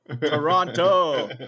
Toronto